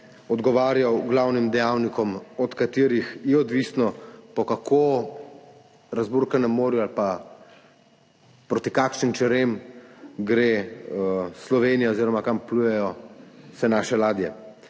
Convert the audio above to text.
odgovarjal glavnim dejavnikom, od katerih je odvisno, po kako razburkanem morju ali proti kakšnim čerem gre Slovenija oziroma kam plujejo vse naše ladje.